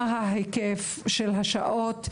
מה ההיקף של השעות,